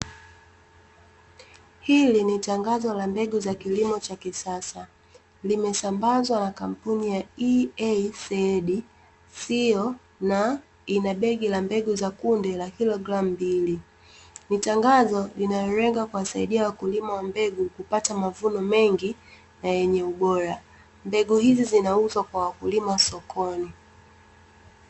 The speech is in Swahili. Hili ni tangazo la mbegu za kilimo cha kisasa, limesambazwa na kampuni ya (EASEEDCo) na ina begi la mbegu za kunde la kilogramu mbili. Ni tangazo linalolenga kuwasaidia wakulima wa mbegu kupata mavuno mengi na yenye ubora. Mbegu hizi zinauzwa kwa wakulima sokoni.